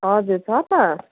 हजुर छ त